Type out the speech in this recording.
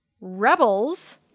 rebels